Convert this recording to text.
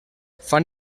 fan